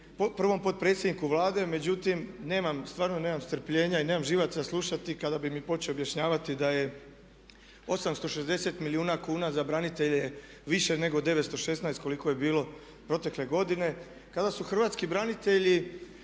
prvom potpredsjedniku Vlade međutim nemam, stvarno nemam strpljenja i nemam živaca slušati kada bi mi počeo objašnjavati da je 860 milijuna kuna za branitelje više nego 916 koliko je bilo protekle godine kada su hrvatski branitelji